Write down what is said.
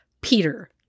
Peter